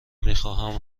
میخواهم